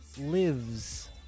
lives